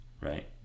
Right